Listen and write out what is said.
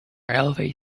railway